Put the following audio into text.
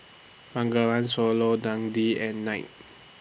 Bengawan Solo Dundee and Knight